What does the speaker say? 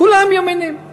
כולם ימנים.